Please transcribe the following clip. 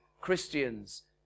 Christians